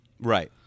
Right